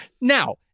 Now